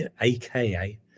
aka